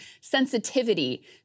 sensitivity